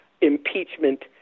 impeachment